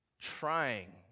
trying